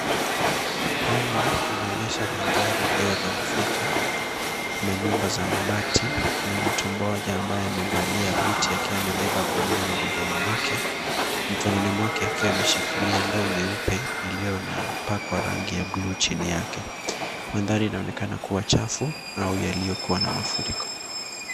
Hali inaonyesha mandhari iliyodhoofika. Manyumba za mabati, na mtu mmoja ambaye amevalia buti akiwa amebeba gunia mgongoni mwake, mkononi mwake akiwa ameshikilia ndoo nyeupe iliyo na pakwa rangi ya bluu chini yake. Mandhari inaonekana kuwa chafu, au yaliyokuwa na mafuriko.